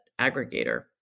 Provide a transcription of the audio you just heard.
aggregator